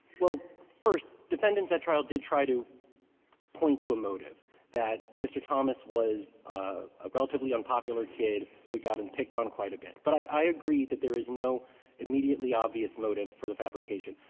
well, first, defendants at trial did try to point to a motive that mr. thomas was ah a relatively unpopular kid who got him and picked on quite a bit. but i agree that there is no immediately obvious motive for the fabrication.